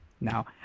now